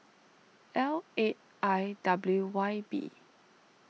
L eight I W Y B